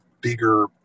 bigger